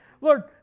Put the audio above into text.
Lord